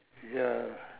ya